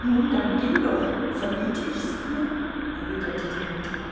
nun dann geh doch verbiete ich's dir erwiderte die mutter